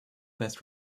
best